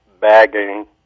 bagging